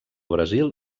brasil